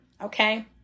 okay